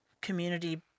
community